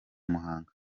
muhanga